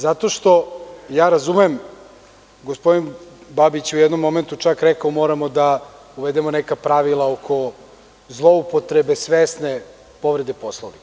Zato što ja razumem gospodin Babić je čak u jednom momentu rekao – moramo da uvedemo neka pravila oko zloupotrebe svesne povrede Poslovnika.